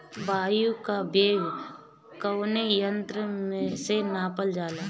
वायु क वेग कवने यंत्र से नापल जाला?